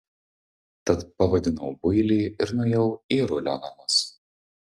tad pavadinau builį ir nuėjau į rulio namus